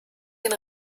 den